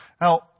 Now